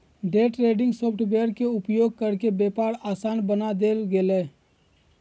day trading software के उपयोग करके व्यापार आसान बना देल गेलय